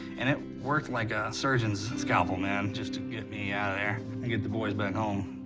and it worked like a surgeon's scalpel, man, just to get me outta there and get the boys back home.